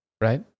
Right